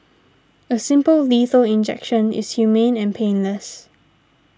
a simple lethal injection is humane and painless